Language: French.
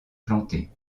plantés